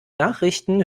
nachrichten